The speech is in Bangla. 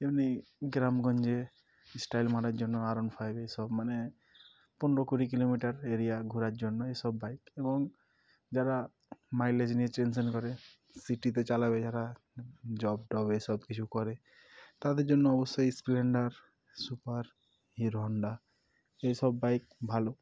এমনি গ্রামগঞ্জে স্টাইল মারার জন্য আর ওয়ান ফাইভ এসব মানে পনেরো কুড়ি কিলোমিটার এরিয়া ঘোরার জন্য এসব বাইক এবং যারা মাইলেজ নিয়ে টেনশেন করে সিটিতে চালাবে যারা জব টব এসব কিছু করে তাদের জন্য অবশ্যই স্প্লেন্ডার সুপার হিরো হন্ডা এইসব বাইক ভালো